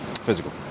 Physical